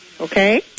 Okay